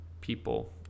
people